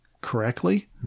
correctly